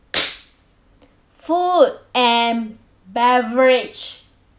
food and beverage